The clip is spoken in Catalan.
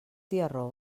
tiarró